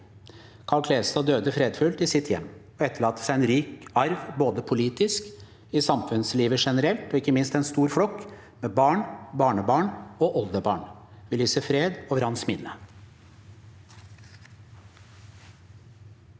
Karl Klevstad døde fredfullt i sitt hjem og etterlater seg en rik arv både politisk, i samfunnslivet generelt og ikke minst en stor flokk med barn, barnebarn og oldebarn. Vi lyser fred over hans minne.